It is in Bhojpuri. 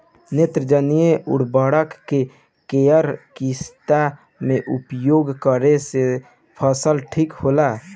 नेत्रजनीय उर्वरक के केय किस्त मे उपयोग करे से फसल ठीक होला?